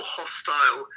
hostile